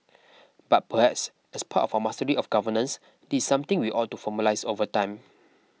but perhaps as part of our mastery of governance this is something we ought to formalise over time